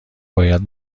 باید